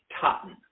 Totten